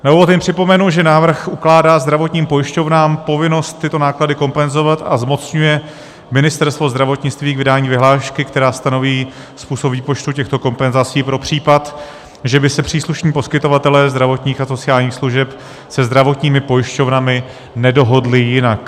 Na úvod jen připomenu, že návrh ukládá zdravotním pojišťovnám povinnost tyto náklady kompenzovat, a zmocňuje Ministerstvo zdravotnictví k vydání vyhlášky, která stanoví způsob výpočtu těchto kompenzací pro případ, že by se příslušní poskytovatelé zdravotních a sociálních služeb se zdravotními pojišťovnami nedohodli jinak.